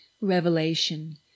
Revelation